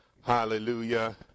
hallelujah